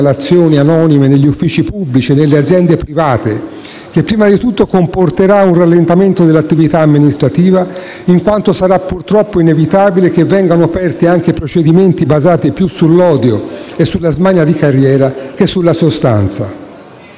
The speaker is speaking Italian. segnalazioni anonime negli uffici pubblici e nelle aziende private, che prima di tutto comporterà un rallentamento dell'attività amministrativa, in quanto sarà purtroppo inevitabile che vengano aperti anche procedimenti basati più sull'odio e sulla smania di carriera, che sulla sostanza.